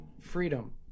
freedom